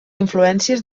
influències